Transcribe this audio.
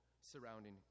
surrounding